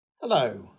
Hello